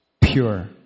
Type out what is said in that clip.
pure